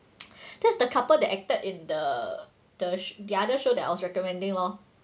that's the couple that acted in the the the other show that I was recommending lor